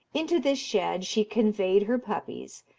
into this shed she conveyed her puppies,